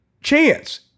chance